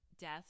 death